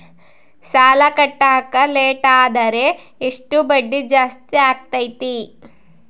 ಸಾಲ ಕಟ್ಟಾಕ ಲೇಟಾದರೆ ಎಷ್ಟು ಬಡ್ಡಿ ಜಾಸ್ತಿ ಆಗ್ತೈತಿ?